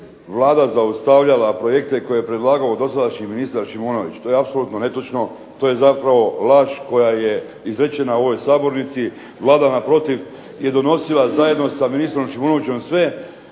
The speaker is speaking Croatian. Vlada zaustavljala projekte koje je predlagao dosadašnji ministar Šimonović. To je apsolutno netočno, to je zapravo laž koja je izrečena u ovoj sabornici. Vlada naprotiv je donosila zajedno sa ministrom Šimonovićem sve